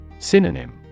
Synonym